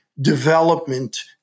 development